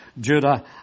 Judah